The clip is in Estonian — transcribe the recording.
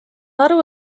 aru